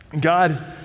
God